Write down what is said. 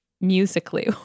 musically